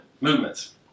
movements